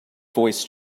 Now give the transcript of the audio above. voice